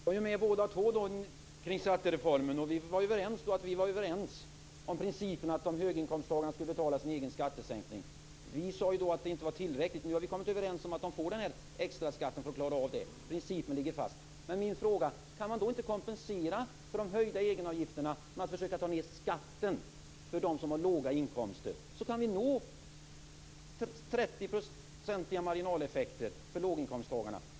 Fru talman! Vi var båda två med om skattereformen. Vi var överens om att vi var överens om principen att höginkomsttagare skulle betala sin egen skattesänkning. Vi sade då att det inte var tillräckligt. Nu har vi kommit överens om att de får en extra skatt för att vi skall klara av det. Principen ligger fast. Min fråga är: Kan man då inte kompensera för de höjda egenavgifterna genom att försöka ta ned skatten för dem som har låga inkomster? Då kan vi nå trettioprocentiga marginaleffekter för låginkomsttagare.